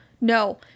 No